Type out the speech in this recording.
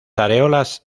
areolas